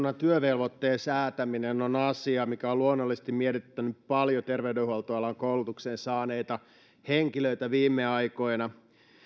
työvelvoitteen säätäminen on asia mikä on luonnollisesti mietityttänyt paljon terveydenhuoltoalan koulutuksen saaneita henkilöitä viime aikoina